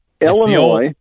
Illinois